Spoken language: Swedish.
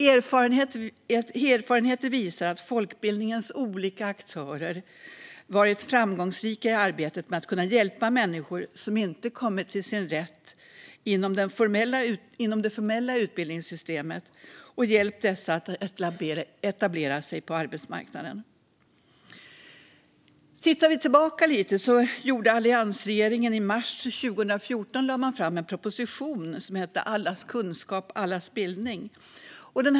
Erfarenheter visar att folkbildningens olika aktörer varit framgångsrika i arbetet med att hjälpa människor som inte kommer till sin rätt inom det formella utbildningssystemet och med att hjälpa dem att etablera sig på arbetsmarknaden. I mars 2014 lade alliansregeringen fram en proposition som hette Allas kunskap - allas bildning .